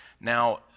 now